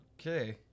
Okay